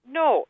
no